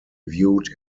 viewed